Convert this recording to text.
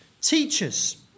teachers